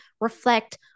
reflect